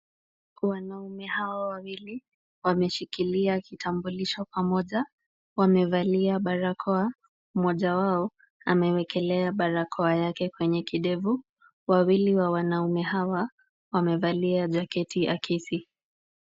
Wanaume hao wawili wameshikilia kitambulisho pamoja wamevalia barakoa. Mmoja wao, amewekelea barakoa yake kwenye kidevu, wawili wa wanaume hawa wamevalia jaketi ya kisi.